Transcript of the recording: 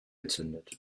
gezündet